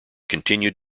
continued